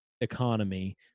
economy